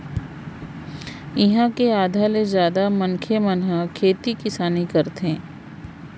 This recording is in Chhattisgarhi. इहाँ के आधा ले जादा मनखे मन ह खेती किसानी करथे